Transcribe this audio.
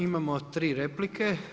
Imamo tri replike.